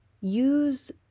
use